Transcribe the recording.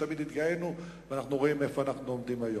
שתמיד התגאינו בהם ואנחנו רואים איפה אנחנו עומדים היום.